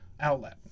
outlet